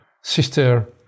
sister